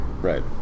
right